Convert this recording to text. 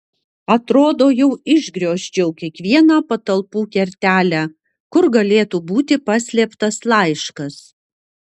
atrodo jau išgriozdžiau kiekvieną patalpų kertelę kur galėtų būti paslėptas laiškas